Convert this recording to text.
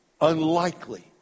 unlikely